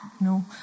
No